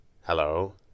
Hello